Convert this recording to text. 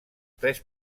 tres